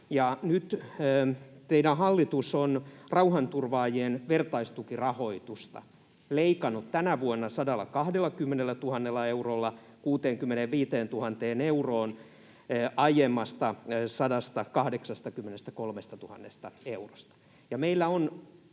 Nyt teidän hallitus on rauhanturvaajien vertaistukirahoitusta leikannut tänä vuonna 120 000 eurolla 65 000 euroon aiemmasta 183 000 eurosta.